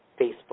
Facebook